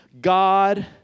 God